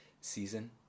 season